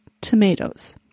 tomatoes